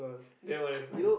then my friend